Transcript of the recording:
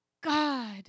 God